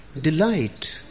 delight